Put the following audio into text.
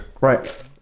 Right